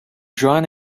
drawn